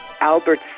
Albert